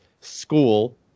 school